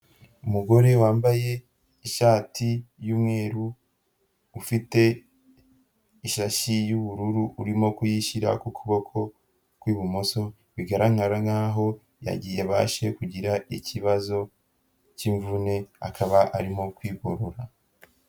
Umugore wambaye ishati y'umweru, ufite ishashi y'ubururu urimo kuyishyira ku kuboko ku ibumoso, bigaragara nkaho yabashe kugira ikibazo cy'imvune akaba arimo kwigorora.